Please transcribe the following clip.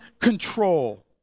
control